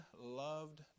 loved